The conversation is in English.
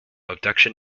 abduction